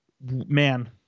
man